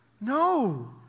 No